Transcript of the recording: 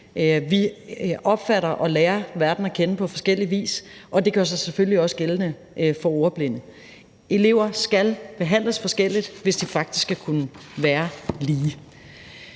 Vi opfatter og lærer verden at kende på forskellig vis, og det gør sig selvfølgelig også gældende for ordblinde. Elever skal behandles forskelligt, hvis de faktisk skal kunne være lige.